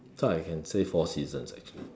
so I can say four seasons actually